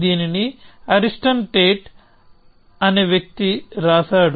దీనిని Ariston Tate అనే వ్యక్తి రాశాడు